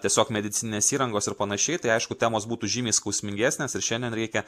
tiesiog medicininės įrangos ir panašiai tai aišku temos būtų žymiai skausmingesnės ir šiandien reikia